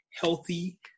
healthy